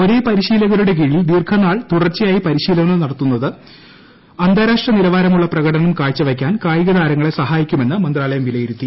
ഒരേ പരിശീലകരുടെ കീഴിൽ ദീർഘനാൾ തുടർച്ചയായി പരിശീലനം നടത്തുന്നത് അന്താരാഷ്ട്ര നിലവാരമുള്ള പ്രകടനം കാഴ്ചവയ്ക്കാൻ കായികതാരങ്ങളെ സഹായിക്കുമെന്ന് മന്ത്രാലയം വിലയിരുത്തി